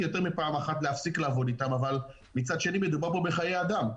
יותר מפעם אחת להפסיק לעבוד איתם אבל מצד שני מדובר פה בחיי אדם.